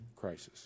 crisis